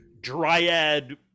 dryad